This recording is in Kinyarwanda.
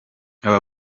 aba